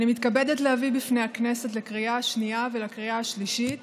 אני מתכבדת להביא בפני הכנסת לקריאה השנייה ולקריאה השלישית